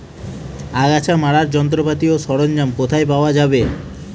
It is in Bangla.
আগাছা মারার যন্ত্রপাতি ও সরঞ্জাম কোথায় পাওয়া যাবে?